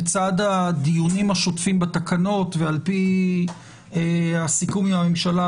בצד הדיונים השוטפים בתקנות על פי הסיכום עם הממשלה,